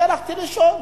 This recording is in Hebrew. אני הלכתי לשאול